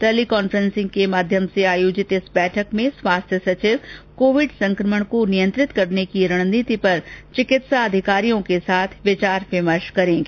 tele conferencing के माध्यम से आयोजित इस बैठक में स्वास्थ्य सचिव कोविड संकमण को नियंत्रित करने की रणनीति पर चिकित्सा अधिकारियों के साथ विचार विमर्श करेंगी